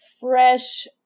fresh